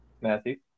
Matthew